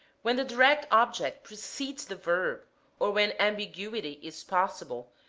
when the direct object precedes the verb or when ambiguity is possible,